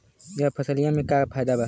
यह फसलिया में का फायदा बा?